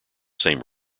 same